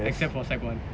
except for secondary one